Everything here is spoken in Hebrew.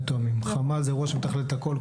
חמ"ל זה אירוע שמתכלל את הכל,